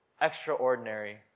extraordinary